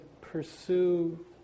pursue